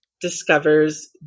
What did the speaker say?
discovers